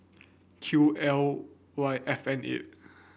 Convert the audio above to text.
Q L Y F N eight